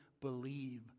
believe